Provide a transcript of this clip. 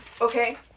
okay